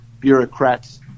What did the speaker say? bureaucrats